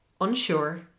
unsure